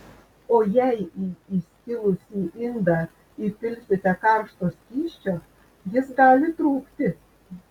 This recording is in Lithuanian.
o jei į įskilusį indą įpilsite karšto skysčio jis gali trūkti